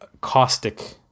caustic